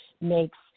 makes